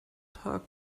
tag